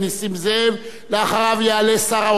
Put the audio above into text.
אחריו יעלה שר האוצר להשיב.